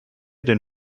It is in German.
den